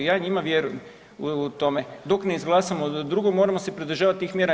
I ja njima vjerujem u tome dok ne izglasamo drugo moramo se pridržavati tih mjera.